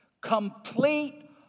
Complete